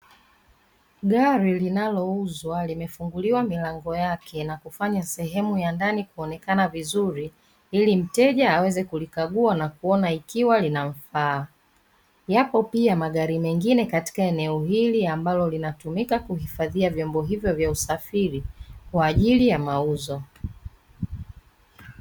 Gari linalouzwa limefunguliwa milango yake na kufanya sehemu ya ndani kuonekana vizuri, ili mteja aweze kulikagau na kuona ikiwa linafaa. Yapo pia magari mengine katika eneo hili ambalo linatumika kuhifadhia viombo hivyo vya usafiri, kwa ajili ya mauzo.